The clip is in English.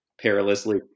perilously